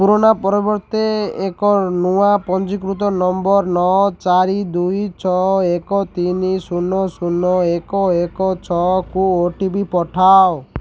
ପୁରୁଣା ପରିବର୍ତ୍ତେ ଏକ ନୂଆ ପଞ୍ଜୀକୃତ ନମ୍ବର୍ ନଅ ଚାରି ଦୁଇ ଛଅ ଏକ ତିନି ଶୂନ ଶୂନ ଏକ ଏକ ଛଅକୁ ଓ ଟି ପି ପଠାଅ